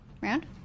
Round